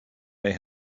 they